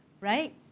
right